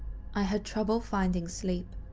i had trouble finding sleep.